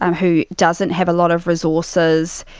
um who doesn't have a lot of resources,